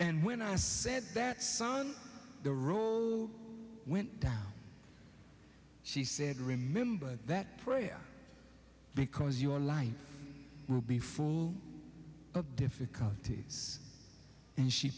and when i said that son the rule went down she said remember that prayer because your life will be full of difficulties and she